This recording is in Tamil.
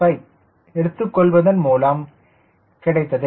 465 எடுத்துக்கொள்வதன் மூலம் கிடைத்தது